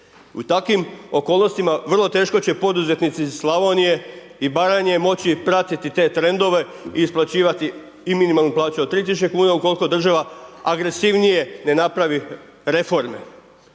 U takvim okolnostima vrlo teško će poduzetnici iz Slavonije i Baranje moći pratiti te trendove i isplaćivati i minimalnu plaću od 3000 kuna ukoliko država agresivnije ne napravi reforme.